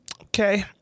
okay